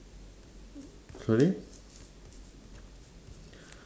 sorry